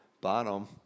bottom